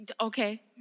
okay